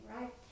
right